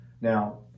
Now